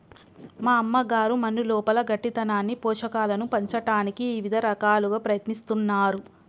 మా అయ్యగారు మన్నులోపల గట్టితనాన్ని పోషకాలను పంచటానికి ఇవిద రకాలుగా ప్రయత్నిస్తున్నారు